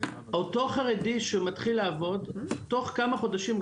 אותו חרדי שמתחיל לעבוד תוך כמה חודשים,